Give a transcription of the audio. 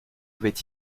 avait